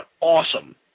awesome